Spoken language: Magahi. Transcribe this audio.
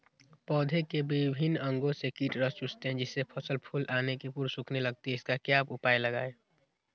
पौधे के विभिन्न अंगों से कीट रस चूसते हैं जिससे फसल फूल आने के पूर्व सूखने लगती है इसका क्या उपाय लगाएं?